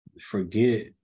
forget